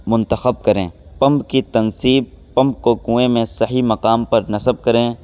منتخب کریں پمپ کی تنصیب پمپ کو کنویں میں صحیح مقام پر نصب کریں